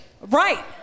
Right